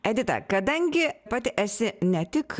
edita kadangi pat esi ne tik